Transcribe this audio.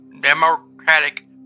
Democratic